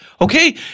okay